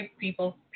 people